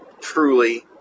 truly